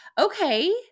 okay